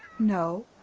no,